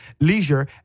leisure